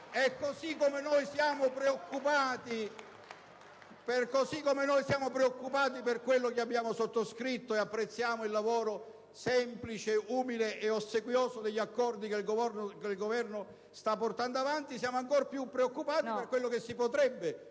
Così come noi siamo preoccupati per quello che abbiamo sottoscritto e apprezziamo il lavoro semplice, umile e ossequioso sugli accordi che il Governo sta portando avanti, siamo ancora più preoccupati per quello che si potrebbe